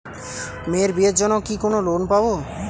মেয়ের বিয়ের জন্য কি কোন লোন পাব?